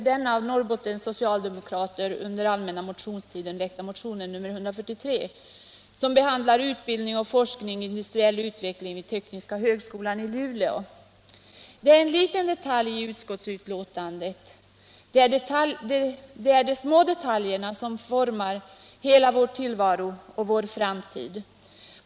Det är en liten detalj i utskottsbetänkandet. Det är de små detaljerna som formar hela vår tillvaro och vår framtid.